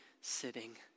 sitting